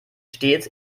stets